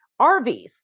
RVs